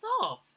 off